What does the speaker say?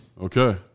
Okay